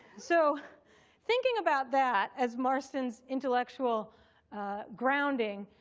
so thinking about that as marston's intellectual grounding,